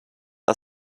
are